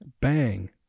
Bang